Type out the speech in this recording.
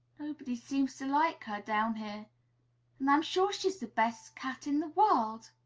nobody seems to like her down here and i'm sure she's the best cat in the world!